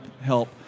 help